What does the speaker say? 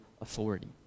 authority